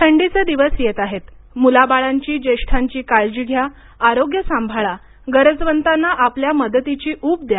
थंडीचे दिवस येत आहेत मुलाबाळांची ज्येष्ठांची काळजी घ्या आरोग्य सांभाळा गरजवंतांना आपल्या मदतीची ऊब द्या